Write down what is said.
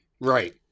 Right